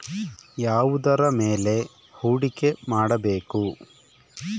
ಯಾವುದರ ಮೇಲೆ ಹೂಡಿಕೆ ಮಾಡಬೇಕು?